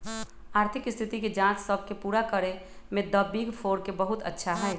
आर्थिक स्थिति के जांच सब के पूरा करे में द बिग फोर के बहुत अच्छा हई